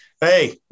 Hey